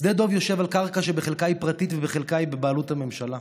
שדה דב יושב על קרקע שבחלקה היא פרטית ובחלקה היא בבעלות הממשלה.